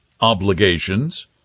obligations